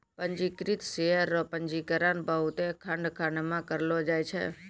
पंजीकृत शेयर रो पंजीकरण बहुते खंड खंड मे करलो जाय छै